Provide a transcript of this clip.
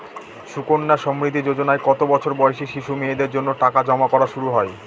সুকন্যা সমৃদ্ধি যোজনায় কত বছর বয়সী শিশু মেয়েদের জন্য টাকা জমা করা শুরু হয়?